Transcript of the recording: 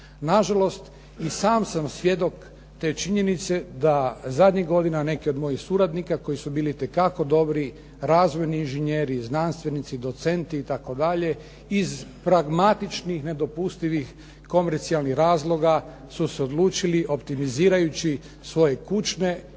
Nažalost i sam sam svjedok te činjenice da zadnjih godina neki od mojih suradnika koji su bili itekako dobri razvojni inžinjeri, znanstveni, docenti itd. iz pragmatičnih, nedopustivih, komercijalnih razloga su se odlučili, optimizirajući svoje kućne